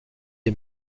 est